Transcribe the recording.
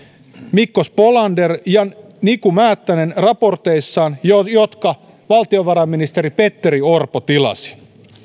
mikko spolander ja niku määttänen raporteissaan jotka jotka valtionvarainministeri petteri orpo tilasi